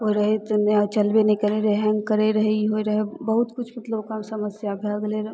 होइ रहै तऽ ओ मे चलबे नहि करै रहै हैन्ग करै रहै ई होइ रहै बहुत किछु मतलब ओकरामे समस्या भै गेलै रहै